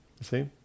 see